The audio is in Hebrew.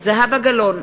זהבה גלאון,